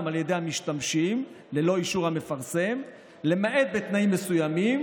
על ידי המשתמשים ללא אישור המפרסם למעט בתנאים מסוימים,